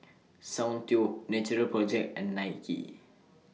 Soundteoh Natural Project and Nike